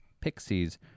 Pixies